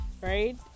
Right